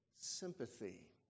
sympathy